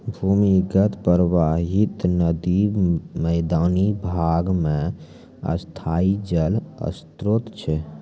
भूमीगत परबाहित नदी मैदानी भाग म स्थाई जल स्रोत छै